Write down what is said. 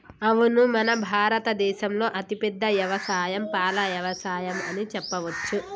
అవును మన భారత దేసంలో అతిపెద్ద యవసాయం పాల యవసాయం అని చెప్పవచ్చు